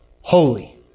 holy